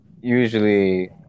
Usually